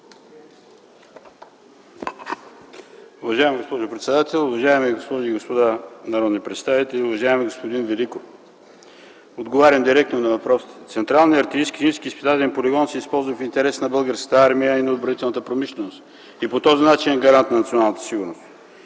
Уважаема госпожо председател, уважаеми госпожи и господа народни представители! Уважаеми господин Великов, отговарям директно на въпросите. Централният артилерийски изпитателен полигон се използва в интерес на Българската армия и на отбранителната промишленост. По този начин е гарант на националната сигурност